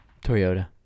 Toyota